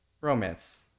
romance